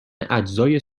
اجزای